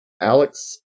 alex